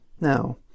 Now